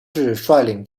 率领